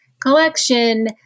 collection